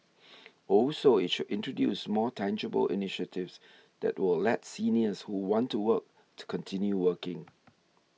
also it should introduce more tangible initiatives that will let seniors who want to work to continue working